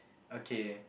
okay